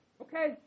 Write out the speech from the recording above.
Okay